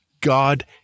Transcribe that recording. God